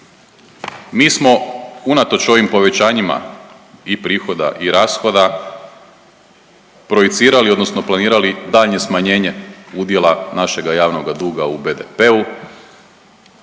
Mi smo unatoč ovim povećanjima i prihoda i rashoda projicirali odnosno planirali daljnje smanjenje udjela našega javnoga duga u BDP-u,